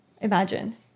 Imagine